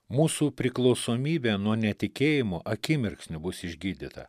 mūsų priklausomybė nuo netikėjimo akimirksniu bus išgydyta